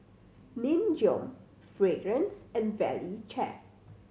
Nin Jiom Fragrance and Valley Chef